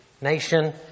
nation